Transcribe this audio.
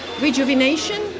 rejuvenation